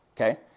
okay